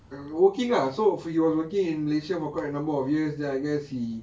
working ah so he was working in malaysia for quite a number of years then I guess he